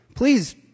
Please